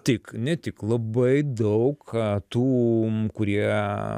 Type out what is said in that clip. tik ne tik labai daug ką tų kurie